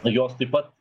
jos taip pat